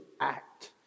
act